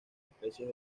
especies